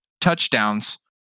touchdowns